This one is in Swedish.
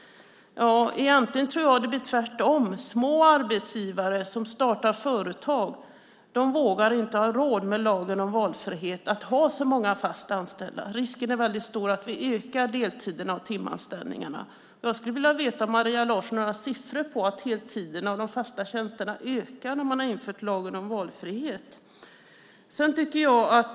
Egentligen tror jag att det blir tvärtom. Små arbetsgivare som startar företag vågar inte ha så många fast anställda, med lagen om valfrihet. Risken är därför väldigt stor att vi ökar deltiderna och timanställningarna. Jag skulle vilja veta om Maria Larsson har några siffror på att heltiderna och de fasta tjänsterna ökar där man har infört lagen om valfrihet.